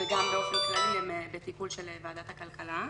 גם באופן כללי, הן בטיפול של ועדת הכלכלה.